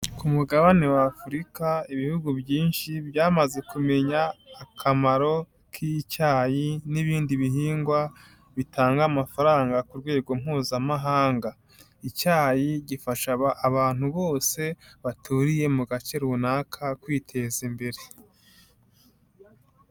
Ku mugabane w'Afurika ibihugu byinshi byamaze kumenya akamaro k'icyayi n'ibindi bihingwa bitanga amafaranga ku rwego mpuzamahanga, icyayi gifasha abantu bose baturiye mu gace runaka kwiteza imbere.